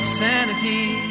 sanity